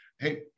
Hey